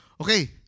okay